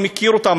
אני מכיר אותן,